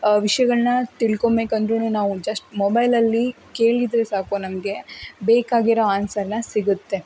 ವಿಷಯಗಳ್ನ ತಿಳ್ಕೊಂಬೇಕಂದ್ರೂ ನಾವು ಜಸ್ಟ್ ಮೊಬೈಲಲ್ಲಿ ಕೇಳಿದರೆ ಸಾಕು ನಮಗೆ ಬೇಕಾಗಿರೋ ಆನ್ಸರ್ ಎಲ್ಲ ಸಿಗತ್ತೆ